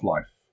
Life